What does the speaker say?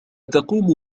تقوم